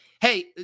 Hey